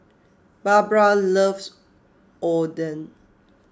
Barbra loves Oden